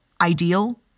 ideal